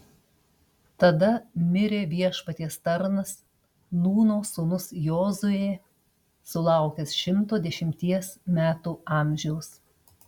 tada mirė viešpaties tarnas nūno sūnus jozuė sulaukęs šimto dešimties metų amžiaus